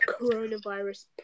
coronavirus